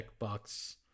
checkbox